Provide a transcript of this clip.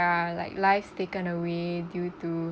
like lives taken away due to